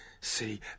see